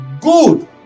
good